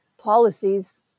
Policies